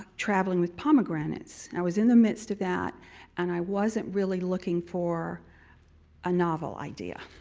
traveling with pomegranates. i was in the midst of that and i wasn't really looking for a novel idea.